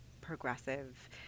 progressive